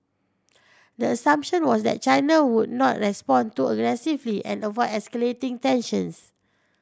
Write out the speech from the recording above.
the assumption was that China would not respond too aggressively and avoid escalating tensions